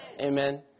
Amen